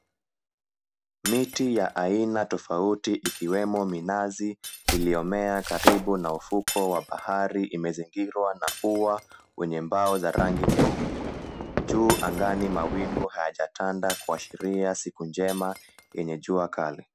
Miti ya aina tofauti ikiwemo minazi iliyomea karibu na ufukwe wa bahari, imezingirwa na ua wenye mbao wa rangi nyeupe. Juu angani, mawingu hayajatanda kuashiria siku njema yenye jua kali.